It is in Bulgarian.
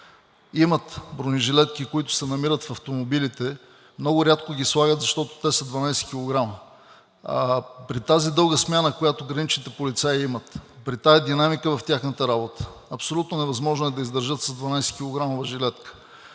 Имат бронежилетки, които се намират в автомобилите, много рядко ги слагат, защото те са 12 кг, а при тази дълга смяна, която граничните полицаи имат, при тази динамика в тяхната работа абсолютно невъзможно е да издържат с 12-килограмова жилетка.